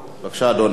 בבקשה, אדוני.